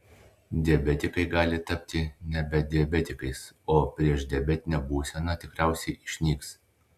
diabetikai gali tapti nebe diabetikais o priešdiabetinė būsena tikriausiai išnyks